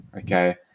okay